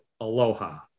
Aloha